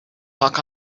talk